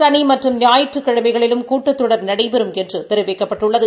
சனி மற்றும் ஞாயிற்றுக்கிழமைகளிலும் கூட்டத்தொடர் நடைபெறும் என்று தெரிவிக்கப்பட்டுள்ளது